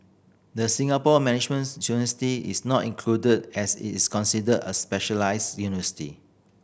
the Singapore Managements is not included as it is considered a specialised university